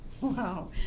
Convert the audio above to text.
Wow